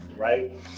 Right